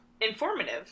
Informative